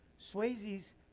Swayze's